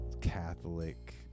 Catholic